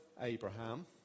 Abraham